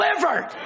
delivered